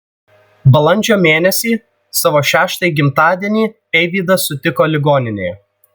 balandžio mėnesį savo šeštąjį gimtadienį eivydas sutiko ligoninėje